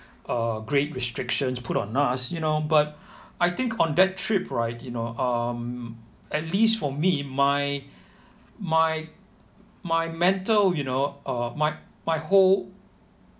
uh great restrictions put on us you know but I think on that trip right you know um at least for me my my my mental you know uh my my whole